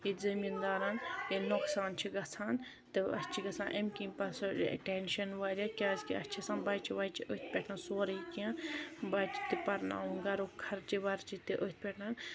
ییٚتہِ زٔمیٖندارَن ییٚلہِ نۄقصان چھُ گَژھان تہٕ اَسہِ چھُ گَژھان اَمہِ کِنۍ پَتہٕ سُہ ٹٮ۪نشٮ۪ن واریاہ کیازِ کہِ اَسہِ چھُ آسان بَچہِ وَچہِ أتھۍ پٮ۪ٹھ سورُے کیٚنٛہہ بَچہِ تہِ پرناوُن گَرُک خرچہِ وَرچہِ تہِ أتھۍ پٮ۪ٹھ